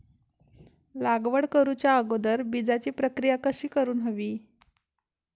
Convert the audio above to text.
लागवड करूच्या अगोदर बिजाची प्रकिया कशी करून हवी?